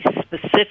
specific